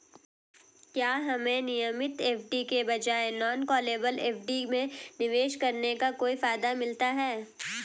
क्या हमें नियमित एफ.डी के बजाय नॉन कॉलेबल एफ.डी में निवेश करने का कोई फायदा मिलता है?